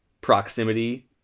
proximity